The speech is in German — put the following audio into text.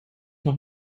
noch